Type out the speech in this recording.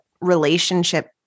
relationship